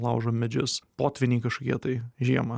laužo medžius potvyniai kažkokie tai žiemą